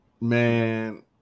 Man